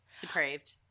Depraved